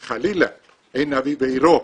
חלילה, אין נביא בעירו,